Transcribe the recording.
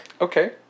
Okay